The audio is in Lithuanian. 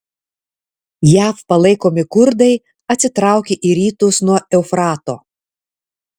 jav palaikomi kurdai atsitraukė į rytus nuo eufrato